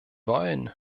wollen